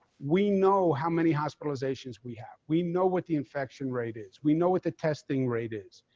we know how many hospitalizations we have, we know what the infection rate is, we know what the testing rate is.